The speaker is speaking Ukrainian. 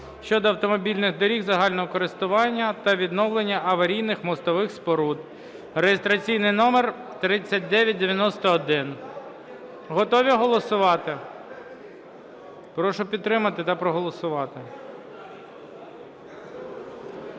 (щодо автомобільних доріг загального користування та відновлення аварійних мостових споруд) (реєстраційний номер 3991). Готові голосувати? Прошу підтримати та проголосувати.